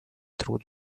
through